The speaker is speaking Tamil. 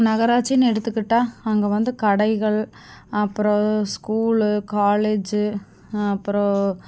நகராட்சின்னு எடுத்துக்கிட்டால் அங்கே வந்து கடைகள் அப்புறோம் ஸ்கூலு காலேஜு அப்புறோம்